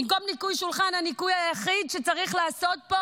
במקום ניקוי שולחן הניקוי היחיד שצריך לעשות פה